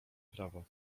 prawo